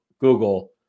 Google